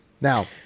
Now